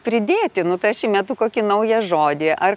pridėti nu tai aš įmetu kokį naują žodį ar